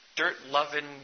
Dirt-loving